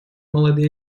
молодые